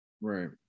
Right